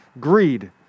greed